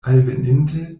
alveninte